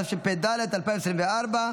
התשפ"ד 2024,